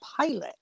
pilot